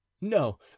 no